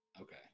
Okay